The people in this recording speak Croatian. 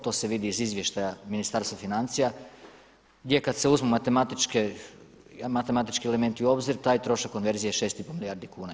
To se vidi iz izvještaja Ministarstva financija gdje kad se uzmu matematički elementi u obzir taj trošak konverzije je 6,5 milijardi kuna.